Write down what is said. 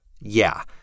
Yeah